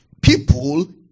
People